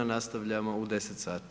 Nastavljamo u 10 sati.